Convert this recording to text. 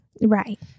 Right